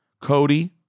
Cody